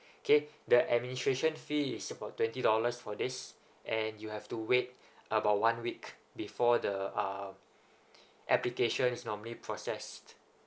okay the administration fee is about twenty dollars for this and you have to wait about one week before the uh application is normally processed